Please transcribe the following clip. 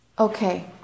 Okay